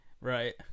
Right